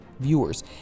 viewers